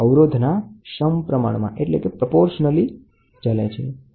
electric સુવાહક પદાર્થનો અવરોધ હંમેશા દર્શિત તાપમાનને સમપ્રમાણમાં ચલે છે